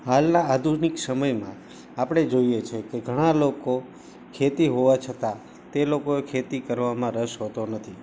હાલના આધુનિક સમયમાં આપણે જોઈએ છીએ કે ઘણાં લોકો ખેતી હોવાં છતાં તે લોકોએ ખેતી કરવામાં રસ હોતો નથી